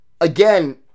again